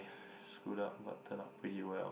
screwed up but turned out pretty well